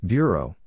Bureau